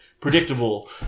Predictable